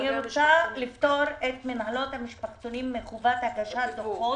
אני רוצה לפטור את מנהלות המשפחתונים מחובת הגשת דוחות,